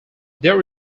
there